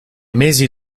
mesi